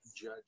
Judge